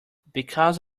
because